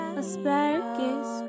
asparagus